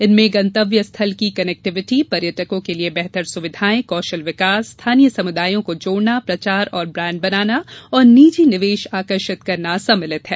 इनमे गंतव्य स्थल की कनेक्टिविटी पर्यटकों के लिए बेहतर सुविधाएं कौशल विकास स्थानीय समुदायों को जोड़ना प्रचार और ब्रांड बनाना और निजी निवेश आकर्षित करना सम्मिलित है